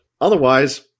otherwise